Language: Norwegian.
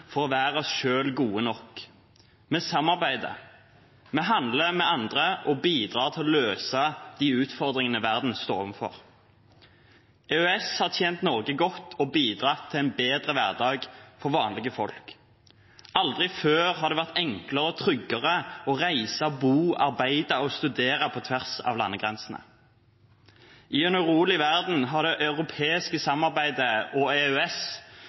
for å være oss selv gode nok. Vi samarbeider. Vi handler med andre og bidrar til å løse utfordringene verden står overfor. EØS har tjent Norge godt og bidratt til en bedre hverdag for vanlige folk. Aldri før har det vært enklere og tryggere å reise, bo, arbeide og studere på tvers av landegrensene. I en urolig verden har det europeiske samarbeidet og EØS